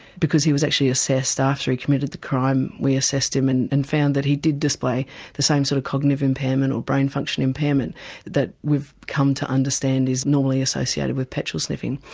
because he was actually assessed after he committed the crime, we assessed him and and found that he did display the same sort of cognitive impairment or brain function impairment that we've come to understand is normally associated with petrol sniffing.